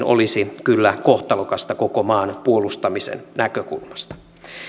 olisi kyllä kohtalokasta koko maan puolustamisen näkökulmasta